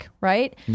right